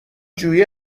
جویی